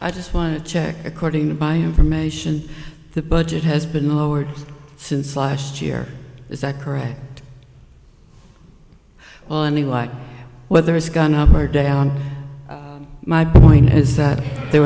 i just want to check according to buy information the budget has been lowered since last year is that correct on a like whether it's gone up or down my point is that there